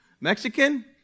Mexican